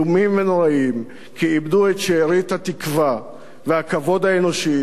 כי איבדו את שארית התקווה והכבוד האנושי תחת ממשלתך.